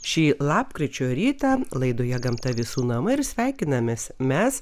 šį lapkričio rytą laidoje gamta visų namai ir sveikinamės mes